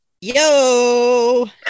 Yo